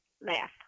laugh